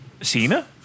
Cena